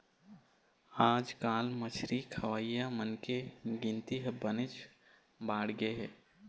आजकाल मछरी खवइया मनखे के गिनती ह बनेच बाढ़गे हे